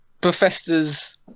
Professor's